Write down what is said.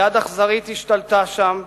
יד אכזרית השתלטה שם,